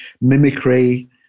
mimicry